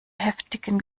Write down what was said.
heftigen